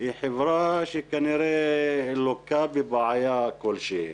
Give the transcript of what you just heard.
היא חברה שכנראה לוקה בבעיה כלשהי.